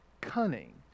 cunning